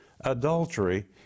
adultery